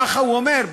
ככה הוא אומר,